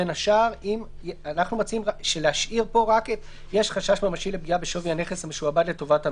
בין השאר אם יש חשש ממשי לפגיעה בשווי הנכס המשועבד לטובת הנושה.